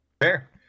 fair